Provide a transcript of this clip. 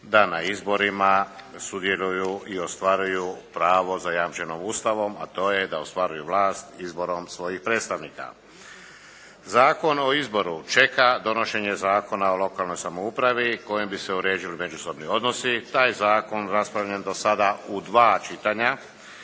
da na izborima sudjeluju i ostvaruju pravo zajamčeno Ustavom a to je da ostvaruju vlast izborom svojih predstavnika. Zakon o izboru čeka donošenje Zakona o lokalnoj samoupravi kojim bi se uredili međusobni odnosi, taj Zakon je raspravljen do sada u dva čitanja